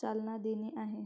चालना देणे आहे